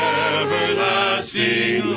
everlasting